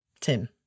Tim